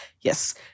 yes